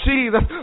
Jesus